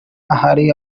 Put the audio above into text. ahari